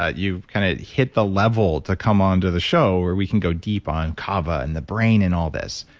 ah you've kind of hit the level to come on to the show where we can go deep on kava and the brain and all this.